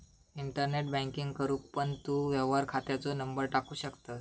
internet banking करूक पण तू व्यवहार खात्याचो नंबर टाकू शकतंस